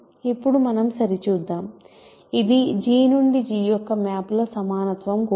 ఇప్పుడు మనం సరిచూద్దాం ఇది G నుండి G యొక్కమ్యాప్ ల సమానత్వం కూడా